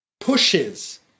pushes